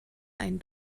ein